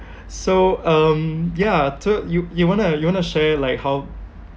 so um yeah so you you wanna you wanna share like how